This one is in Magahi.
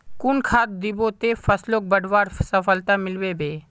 कुन खाद दिबो ते फसलोक बढ़वार सफलता मिलबे बे?